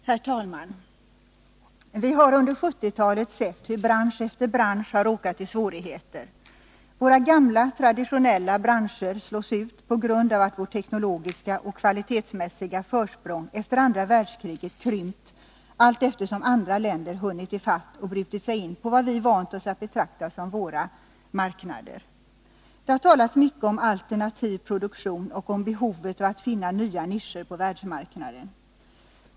Herr talman! Vi har under 1970-talet sett hur bransch efter bransch råkat i svårigheter. Våra gamla traditionella branscher slås ut på grund av att vårt teknologiska och kvalitetsmässiga försprång efter andra världskriget krympt allteftersom andra länder hunnit ifatt och brutit sig in på vad vi vant oss vid att betrakta som våra marknader. Det har talats mycket om alternativ produktion och om behovet av att finna nya nischer på världsmarknaden.